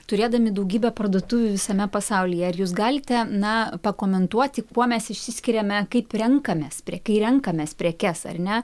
turėdami daugybę parduotuvių visame pasaulyje ar jūs galite na pakomentuoti kuo mes išsiskiriame kaip renkamės pre kai renkamės prekes ar ne